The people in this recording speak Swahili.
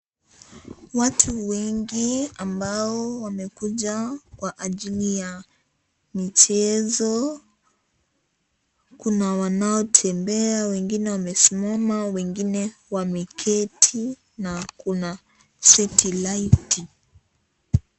Watu wengi ambao wamekuja Kwa ajili ya michezo, kuna wanao tembea wengine wamesimama, wengine wameketi na kuna setilaiti .